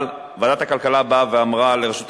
אבל ועדת הכלכלה באה ואמרה לרשות השידור: